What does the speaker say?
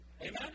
Amen